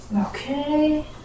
Okay